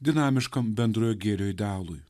dinamiškam bendrojo gėrio idealui